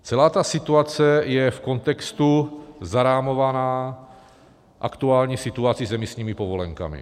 Celá ta situace je v kontextu zarámovaná aktuální situací s emisními povolenkami.